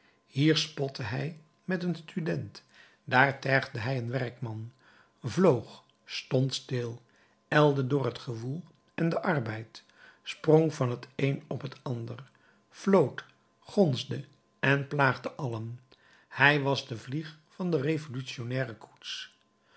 hier spotte hij met een student daar tergde hij een werkman vloog stond stil ijlde door het gewoel en den arbeid sprong van het een op het ander floot gonsde en plaagde allen hij was de vlieg van de revolutionnaire koets